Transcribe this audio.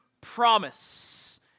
promise